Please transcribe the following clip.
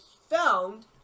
found